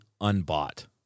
unbought